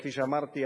כפי שאמרתי,